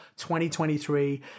2023